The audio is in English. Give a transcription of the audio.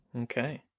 Okay